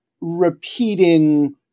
repeating